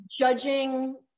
Judging